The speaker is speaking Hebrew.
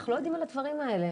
אנחנו לא יודעים על הדברים האלה,